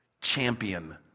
Champion